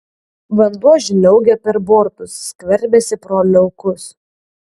vanduo žliaugia per bortus skverbiasi pro liukus